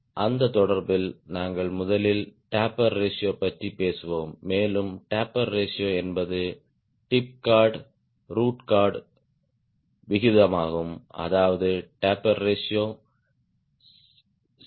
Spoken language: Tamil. அந்த தொடர்பில் நாங்கள் முதலில் டேப்பர் ரேஷியோ பற்றி பேசுவோம் மேலும் டேப்பர் ரேஷியோ என்பது டிப் கார்ட் ரூட் கார்ட் விகிதமாகும் அதாவது டேப்பர் ரேஷியோ ctcr